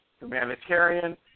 humanitarian